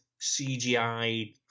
CGI